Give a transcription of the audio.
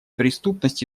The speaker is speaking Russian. преступность